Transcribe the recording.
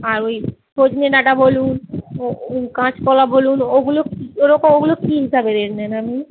আর ওই সজনে ডাঁটা বলুন কাঁচকলা বলুন ওগুলো ওরকম ওগুলো কী হিসাবে রেট নেন আপনি